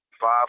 five